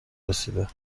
رسیده